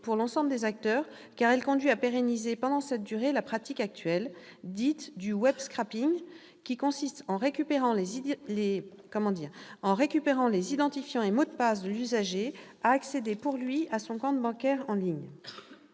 pour l'ensemble des acteurs, car elle conduit à pérenniser pendant cette durée la pratique actuelle dite du «», qui consiste, en récupérant les identifiants et mots de passe de l'usager, à accéder pour lui à son compte bancaire en ligne.